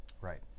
right